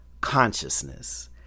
consciousness